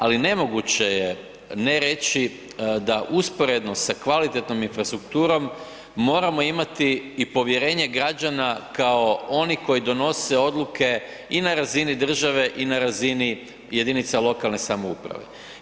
Ali nemoguće je ne reći da usporedno sa kvalitetnom infrastrukturom moramo imati i povjerenje građana kao oni koji donose odluke i na razini države i na razini jedinica lokalne samouprave.